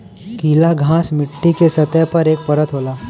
गीला घास मट्टी के सतह पर एक परत होला